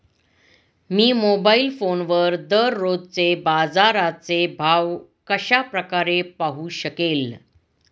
मी mobile फोनवर दररोजचे बाजाराचे भाव कशा प्रकारे पाहू शकेल?